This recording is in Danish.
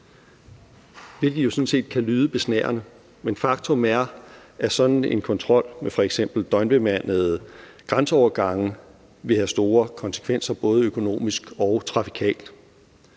Det kan jo sådan set lyde besnærende, men faktum er, at sådan en kontrol med f.eks. døgnbemandede grænseovergange vil have store konsekvenser både økonomisk og trafikalt.